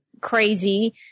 crazy